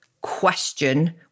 question